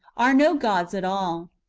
are no gods at all.